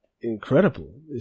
incredible